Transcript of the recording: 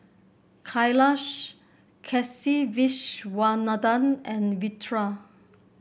Kailash Kasiviswanathan and Vedre